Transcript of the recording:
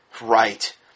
Right